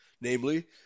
namely